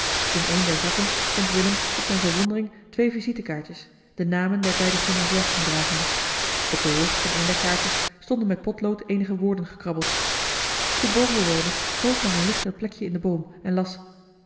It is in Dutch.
in een der zakken vond willem tot zijne verwondering twee visitekaartjes de namen der beide gymnasiasten dragende op den rug van een der kaartjes stonden met potlood eenige woorden gekrabbeld de boombewoner kroop naar een lichter plekje in den boom en las